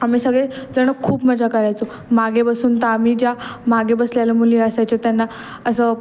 आम्ही सगळे जण खूप मजा करायचो मागे बसून तर आम्ही ज्या मागे बसलेल्या मुली असायच्या त्यांना असं